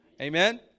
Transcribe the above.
Amen